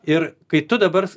ir kai tu dabar